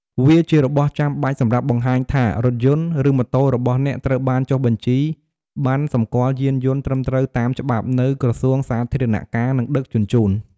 វាជារបស់ចាំបាច់សម្រាប់បង្ហាញថា រថយន្ត ឬម៉ូតូរបស់អ្នកត្រូវបាន ចុះបញ្ជីប័ណ្ណសម្គាល់យានយន្តត្រឹមត្រូវតាមច្បាប់ នៅក្រសួងសាធារណការ និងដឹកជញ្ជូន។